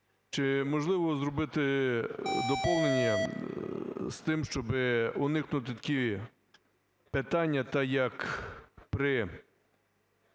Чи можливо зробити доповнення з тим, щоби уникнути такі питання, так як при